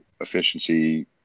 efficiency